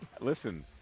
Listen